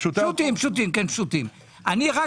אני רק